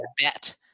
bet